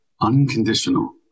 Unconditional